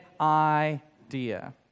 idea